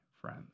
friends